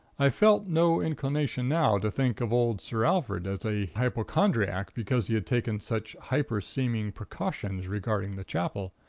i felt no inclination now to think of old sir alfred as a hypochondriac because he had taken such hyperseeming precautions regarding the chapel.